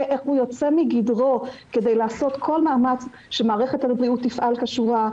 איך הוא יוצא מגדרו כדי לעשות כל מאמץ שמערכת הבריאות תפעל כשורה,